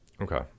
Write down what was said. Okay